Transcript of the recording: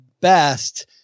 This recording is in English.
best